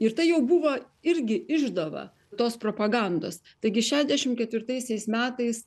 ir tai jau buvo irgi išdava tos propagandos taigi šešiasdešim ketvirtaisiais metais